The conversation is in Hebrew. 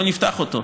לא נפתח אותו.